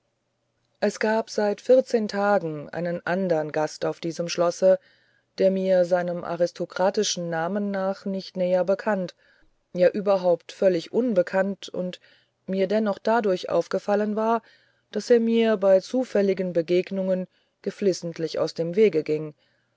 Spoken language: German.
es gab seit vierzehn tagen einen anderen gast auf diesem schlosse der mir seinem aristokratischen namen nach nicht näher bekannt ja überhaupt völlig unbekannt und mir dennoch dadurch aufgefallen war daß er mir bei zufälligen begegnungen geflissentlich aus dem wege ging